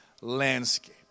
landscape